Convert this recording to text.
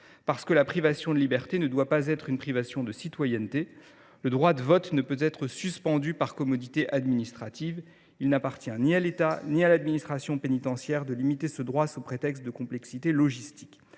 Parce que la privation de liberté ne doit pas être une privation de citoyenneté, le droit de vote ne peut être suspendu par commodité administrative. Ni l’État ni l’administration pénitentiaire n’ont à limiter ce droit sous prétexte de complexité logistique.